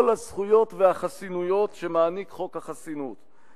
הזכויות והחסינויות שמעניק חוק החסינות,